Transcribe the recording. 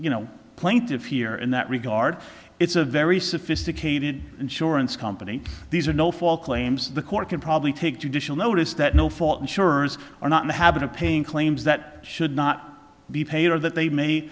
you know plaintiff here in that regard it's a very sophisticated insurance company these are no false claims the court could probably take judicial notice that no fault insurers are not in the habit of paying claims that should not be paid or that they may